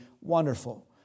wonderful